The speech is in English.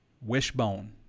wishbone